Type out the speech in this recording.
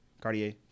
Cartier